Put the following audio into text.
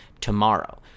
tomorrow